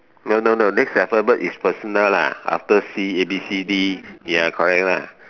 no no no next alphabet is personal lah after C A B C D ya correct lah